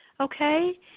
okay